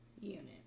unit